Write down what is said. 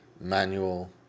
manual